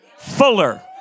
Fuller